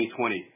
2020